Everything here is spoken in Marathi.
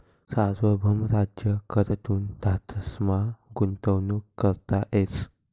सार्वभौम राज्य कडथून धातसमा गुंतवणूक करता येस